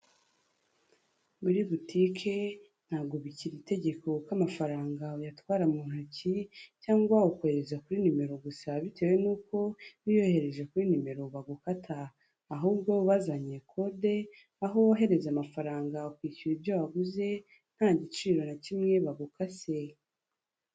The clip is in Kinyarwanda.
Muri butike ntago bikira itegeko ko amafaranga uyatwara mu ntoki cyangwa ukohereza kuri nimero gusa bitewe n'uko iyo uyohereje kuri nimero bagukata, ahubwo bazanye kode aho wohereza amafaranga ukishyura ibyo waguze nta giciro na kimwe bagukase.